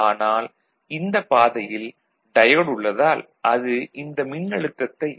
அனால் இந்தப் பாதையில் டயோடு உள்ளதால் அது இந்த மின்னழுத்தத்தை 0